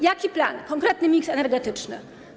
Jaki jest plan, konkretny miks energetyczny?